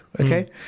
Okay